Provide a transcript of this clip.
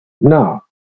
no